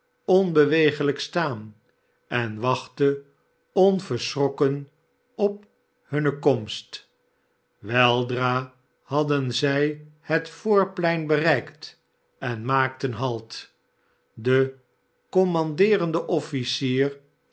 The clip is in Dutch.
onbewegelijk staan en wachtte onverschrokken op hunne komst weldra hadden zij het voorplein bereikt en maakten halt de kommandeerende offieier